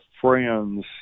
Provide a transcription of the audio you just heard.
friends